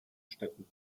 städten